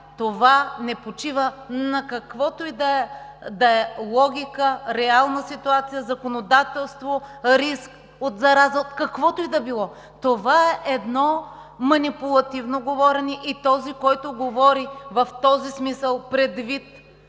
Това не почива на каквато и да е логика, реална ситуация, законодателство, риск от зараза, каквото и да било. Това е едно манипулативно говорене и този, който говори в този смисъл предвид